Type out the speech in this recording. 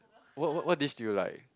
what what what dish did you like